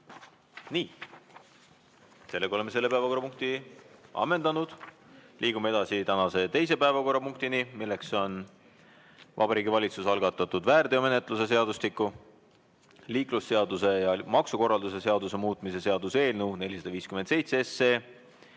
kirjutama. Oleme selle päevakorrapunkti ammendanud. Liigume edasi tänase teise päevakorrapunktini, milleks on Vabariigi Valitsuse algatatud väärteomenetluse seadustiku, liiklusseaduse ja maksukorralduse seaduse muutmise seaduse eelnõu 457. Meil